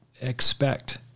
expect